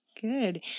Good